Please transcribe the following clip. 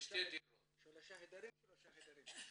שלושה חדשים ושלושה חדרים.